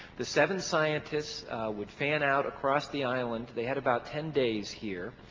the seven scientists would fan out across the island. they had about ten days here.